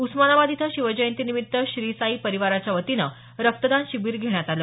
उस्मानाबाद इथं शिवजयंतीनिमित्त श्री साई परिवाराच्या वतीनं रक्तदान शिबीर घेण्यात आलं